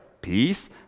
peace